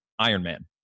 Ironman